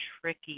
tricky